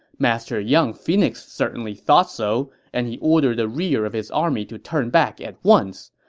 master young phoenix certainly thought so, and he ordered the rear of his army to turn back at once.